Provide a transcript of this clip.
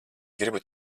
gribu